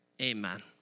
amen